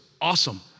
awesome